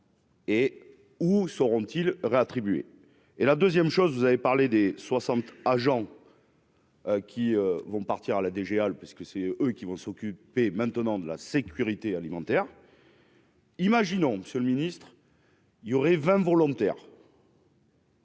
Et où seront-ils réattribuer et la 2ème chose vous avez parlé des 60 agents. Qui vont partir à la DGA, le parce que c'est eux qui vont s'occuper maintenant de la sécurité alimentaire. Imaginons, monsieur le ministre. Il y aurait 20 volontaire.